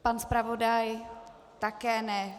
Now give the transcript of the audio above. Pan zpravodaj také ne.